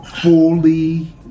Fully